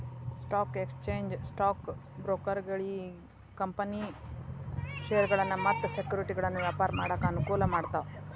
stock exchange stock ಬ್ರೋಕರ್ಗಳಿಗಿ company ಷೇರಗಳನ್ನ ಮತ್ತ ಸೆಕ್ಯುರಿಟಿಗಳನ್ನ ವ್ಯಾಪಾರ ಮಾಡಾಕ ಅನುಕೂಲ ಮಾಡ್ತಾವ